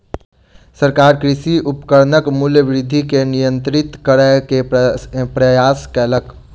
सरकार कृषि उपकरणक मूल्य वृद्धि के नियंत्रित करै के प्रयास कयलक